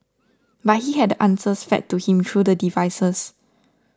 but he had the answers fed to him through the devices